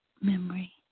memory